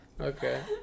Okay